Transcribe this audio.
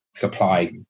supply